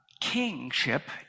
kingship